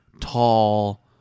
tall